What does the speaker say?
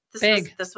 big